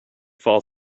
fall